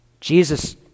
Jesus